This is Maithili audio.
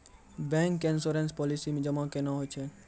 बैंक के इश्योरेंस पालिसी मे जमा केना होय छै?